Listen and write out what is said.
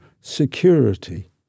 security